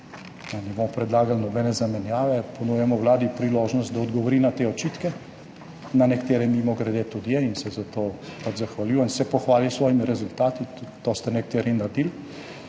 ne bomo predlagali nobene zamenjave, ponujamo vladi priložnost, da odgovori na te očitke. Na nekatere mimogrede tudi je in se za to pač zahvaljujem. Se pohvali s svojimi rezultati, to ste nekateri naredili,